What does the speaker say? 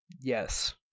Yes